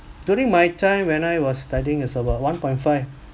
during my time when I was studying its about one point five